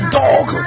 dog